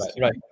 right